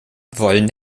wollen